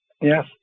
Yes